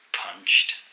punched